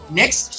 next